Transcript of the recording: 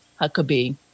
Huckabee